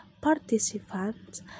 participants